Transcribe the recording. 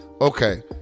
okay